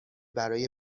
برای